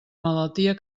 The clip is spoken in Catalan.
malaltia